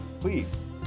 Please